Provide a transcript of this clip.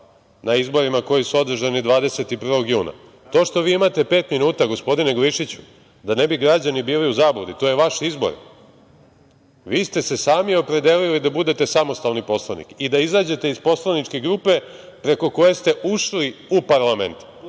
na izborima koji su održani 21. juna. To što vi imate pet minuta, gospodine Glišiću, da ne bi građani bili u zabludi, to je vaš izbor. Vi ste se sami opredelili da budete samostalni poslanik i da izađete iz poslaničke grupe preko koje ste ušli u parlament.